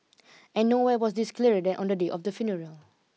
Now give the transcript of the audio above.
and nowhere was this clearer than on the day of the funeral